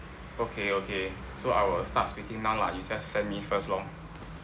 okay okay so I will start speaking now lah you just send me first lor